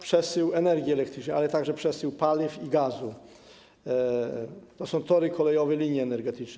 Przesył energii elektrycznej, ale także przesył paliw i gazu to są tory kolejowe, linie energetyczne.